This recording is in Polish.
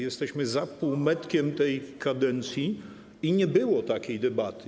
Jesteśmy za półmetkiem tej kadencji i nie było takiej debaty.